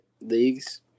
leagues